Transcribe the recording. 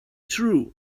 true